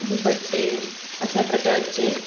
दुपट्टे अशा प्रकारचे